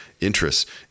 interests